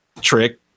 trick